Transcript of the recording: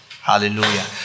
Hallelujah